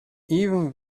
even